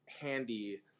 handy